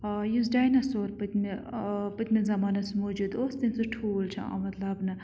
یُس ڈایناسور پٔتمہِ پٔتمِس زَمانَس موٗجوٗد اوس تٔمسُنٛد ٹھوٗل چھُ آمُت لَبنہٕ